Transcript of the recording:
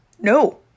no